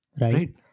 Right